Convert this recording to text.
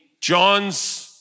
John's